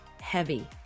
heavy